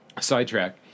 sidetrack